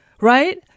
right